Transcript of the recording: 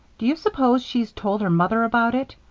do you s'pose she told her mother about it?